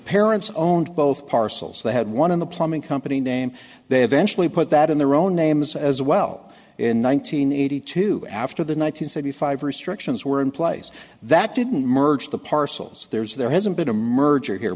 parents owned both parcels they had one in the plumbing company name they eventually put that in their own names as well in one nine hundred eighty two after the nine hundred thirty five restrictions were in place that didn't merge the parcels there's there hasn't been a merger here